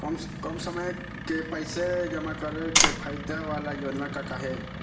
कम समय के पैसे जमा करे के फायदा वाला योजना का का हे?